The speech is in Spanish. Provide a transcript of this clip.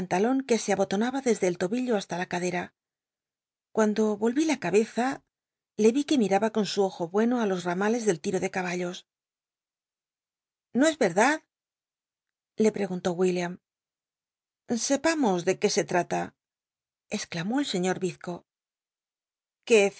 que se abotonaba desde el tobillo hasta la cadera cuando vol vi la cabeza le vi que miraba con su ojo bueno í los ramales del tiro de caballos no es verdad le preguntó william sepamos de qué se hata exclamó el señor vizco